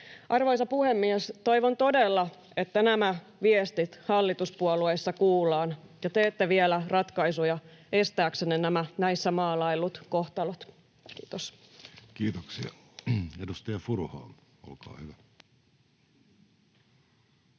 Arvoisa puhemies! Toivon todella, että nämä viestit hallituspuolueissa kuullaan ja teette vielä ratkaisuja estääksenne nämä näissä maalaillut kohtalot. — Kiitos. [Speech 207] Speaker: